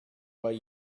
way